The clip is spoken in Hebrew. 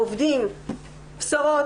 העובדים אבל בשורות,